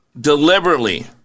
deliberately